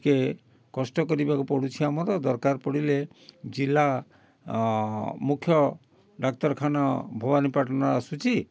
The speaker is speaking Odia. ଟିକେ କଷ୍ଟ କରିବାକୁ ପଡ଼ୁଛି ଆମର ଦରକାର ପଡ଼ିଲେ ଜିଲ୍ଲା ମୁଖ୍ୟ ଡାକ୍ତରଖାନା ଭବାନୀପାଟଣା ଆସୁଛି